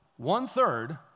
one-third